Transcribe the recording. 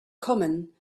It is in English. common